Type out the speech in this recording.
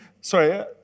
Sorry